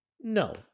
No